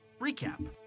recap